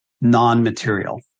non-material